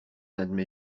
admet